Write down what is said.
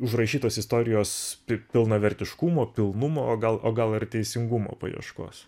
užrašytos istorijos pi pilnavertiškumo pilnumo o gal o gal ar teisingumo paieškos